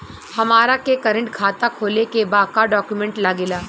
हमारा के करेंट खाता खोले के बा का डॉक्यूमेंट लागेला?